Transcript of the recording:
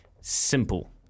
simple